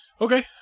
Okay